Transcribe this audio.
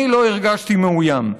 אני לא הרגשתי מאוים.